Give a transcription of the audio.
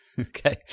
Okay